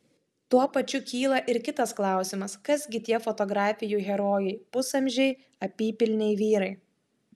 tuo pačiu kyla ir kitas klausimas kas gi tie fotografijų herojai pusamžiai apypilniai vyrai